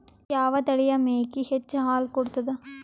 ಯಾವ ತಳಿಯ ಮೇಕಿ ಹೆಚ್ಚ ಹಾಲು ಕೊಡತದ?